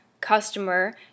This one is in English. customer